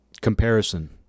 Comparison